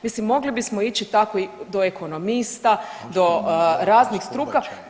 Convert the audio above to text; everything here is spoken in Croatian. Mislim mogli bismo ići tako i do ekonomista, do raznih struka.